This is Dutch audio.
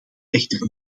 echter